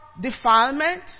defilement